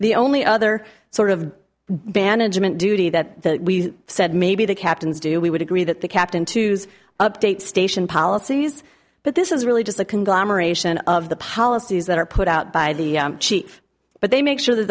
the only other sort of bandage meant duty that we said maybe the captains do we would agree that the captain to update station policies but this is really just a conglomeration of the policies that are put out by the chief but they make sure that